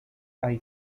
hay